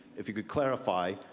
if you could clarify,